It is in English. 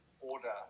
Order